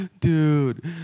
Dude